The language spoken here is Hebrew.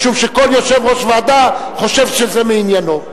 משום שכל יושב-ראש ועדה חושב שזה מעניינו.